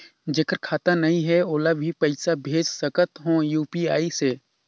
जेकर खाता नहीं है ओला भी पइसा भेज सकत हो यू.पी.आई से?